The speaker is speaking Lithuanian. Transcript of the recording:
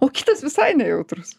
o kitas visai nejautrus